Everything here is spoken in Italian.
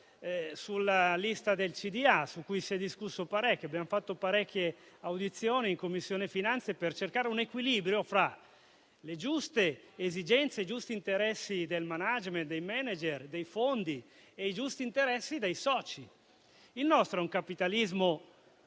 amministrazione, su cui si è discusso parecchio. Abbiamo svolto molte audizioni in Commissione finanze per cercare un equilibrio fra le giuste esigenze e i giusti interessi del *management*, dei *manager* e dei fondi e i giusti interessi dei soci. Il nostro è un capitalismo